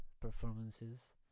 performances